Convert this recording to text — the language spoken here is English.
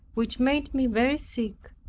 which made me very sick,